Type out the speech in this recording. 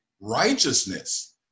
Righteousness